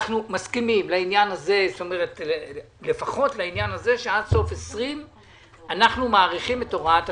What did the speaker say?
מסכימים לעניין הזה שעד סוף 2020 אנחנו מאריכים את הוראת השעה.